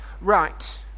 right